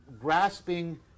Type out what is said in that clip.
grasping